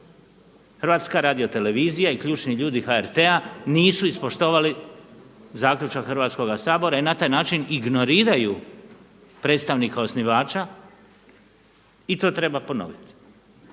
Hrvatska radio televizija i ključni ljudi HRT-a nisu ispoštovali zaključak Hrvatskoga sabora i na taj način ignoriraju predstavnika osnivača i to treba ponoviti.